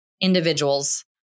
individuals